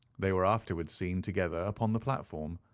they were afterwards seen together upon the platform.